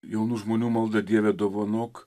jaunų žmonių malda dieve dovanok